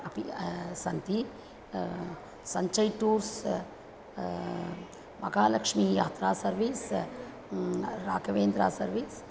अपि सन्ति सञ्चयः टूर्स् महालक्ष्मी यात्रा सर्वीस् राघवेन्द्रः सर्वीस्